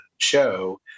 show